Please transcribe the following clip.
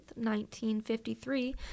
1953